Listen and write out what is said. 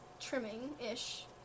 trimming-ish